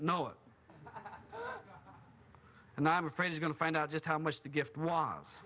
know it and i'm afraid i'm going to find out just how much the gift w